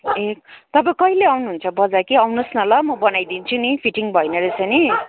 ए तपाईँ कहिले आउनुहुन्छ बजार कि आउनुहोस् न ल म बनाइदिन्छु नि फिटिङ भएन रहेछ नि